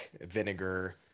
vinegar